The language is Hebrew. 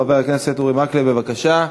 חבר הכנסת אורי מקלב, בבקשה.